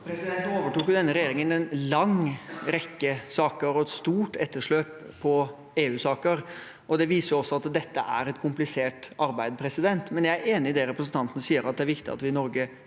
Nå over- tok denne regjeringen en lang rekke saker og et stort etterslep av EU-saker, og det viser også at dette er et komplisert arbeid. Jeg er enig i det representanten sier, at det er viktig at vi i Norge